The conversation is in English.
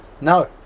no